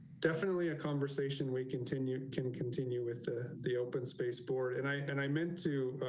definitely a conversation we continue can continue with the the open space board and i and i meant to